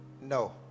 no